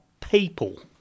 people